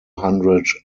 hundred